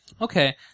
Okay